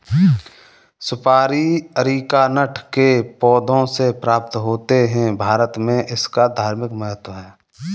सुपारी अरीकानट के पौधों से प्राप्त होते हैं भारत में इसका धार्मिक महत्व है